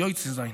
"יויצא זאיין",